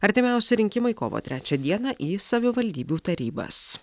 artimiausi rinkimai kovo trečią dieną į savivaldybių tarybas